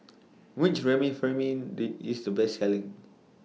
Which Remifemin IS The Best Selling